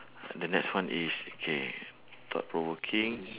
the next one is okay thought-provoking